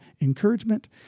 encouragement